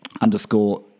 underscore